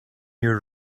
your